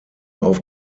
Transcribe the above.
auf